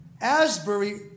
Asbury